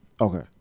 Okay